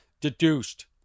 deduced